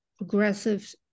aggressive